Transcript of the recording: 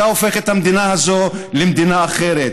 אתה הופך את המדינה הזו למדינה אחרת.